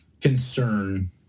concern